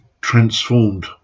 transformed